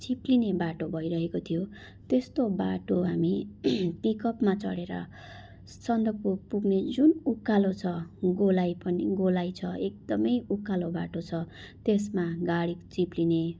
चिप्लिने बाटो भइरहेको थियो त्यस्तो बाटो हामी पिकपमा चढेर सन्दकपू पुग्ने जुन उकालो छ गोलाइ पनि गोलाइ छ एकदमै उकालो बाटो छ त्यसमा गाडी चिप्लिने